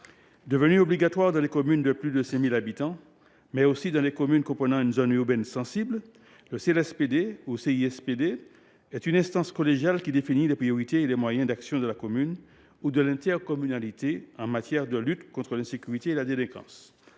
Devenus obligatoires dans les communes de plus de 5 000 habitants, ainsi que dans les communes comprenant une zone urbaine sensible, les CLSPD ou CISPD sont des instances collégiales qui définissent les priorités et les moyens d’action de la commune ou de l’intercommunalité en matière de lutte contre l’insécurité et la délinquance.